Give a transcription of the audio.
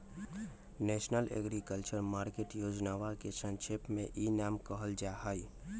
national agriculture market योजनवा के संक्षेप में ई नाम कहल जाहई